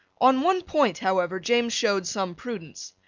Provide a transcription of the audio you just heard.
on one point, however, james showed some prudence.